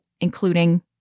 including